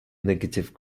negative